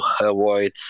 avoid